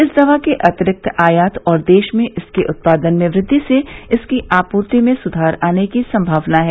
इस दवा के अतिरिक्त आयात और देश में इसके उत्पादन में वृद्वि से इसकी आपूर्ति में सुधार आने की संभावना है